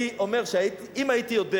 אם הייתי יודע